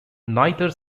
neither